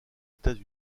états